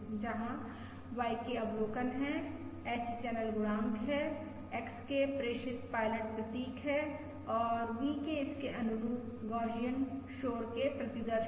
जहां YK अवलोकन है H चैनल गुणांक है XK प्रेषित पायलट प्रतीक है और VK इसके अनुरूप गौसियन शोर के प्रतिदर्श हैं